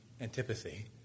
antipathy